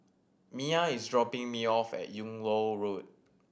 Miah is dropping me off at Yung Loh Road